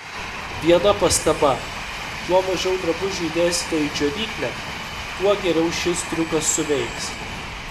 viena pastaba kuo mažiau drabužių įdėsite į džiovyklę tuo geriau šis triukas suveiks